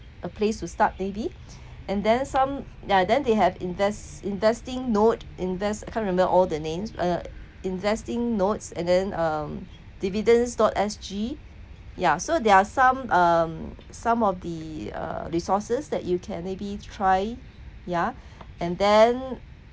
a place to start maybe and then some ya then they have invest investing note invest can't remember all the names uh investing notes and then um dividends dot S_G ya so there are some um some of the uh resources that you can maybe try ya and then